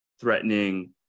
threatening